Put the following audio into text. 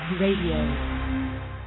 Radio